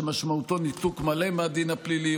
שמשמעותו ניתוק מלא מהדין הפלילי,